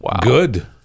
Good